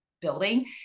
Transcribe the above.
building